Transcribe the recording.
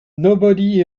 nobody